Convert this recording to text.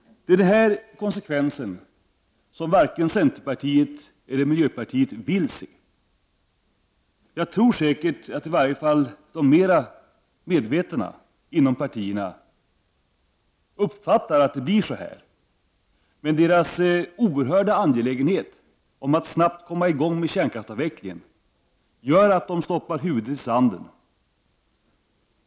Denna konsekvens vill varken centerpartiet eller miljöpartiet acceptera. Jag tror att i varje fall de mer medvetna inom partierna uppfattar att det blir så, men deras oerhörda angelägenhet om att snabbt komma i gång med kärnkraftsavvecklingen gör att de stoppar huvudet i sanden.